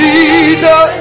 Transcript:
Jesus